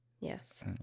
Yes